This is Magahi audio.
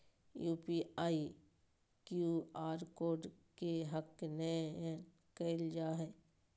यू.पी.आई, क्यू आर कोड के हैक नयय करल जा हइ